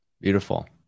beautiful